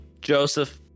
Joseph